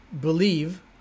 believe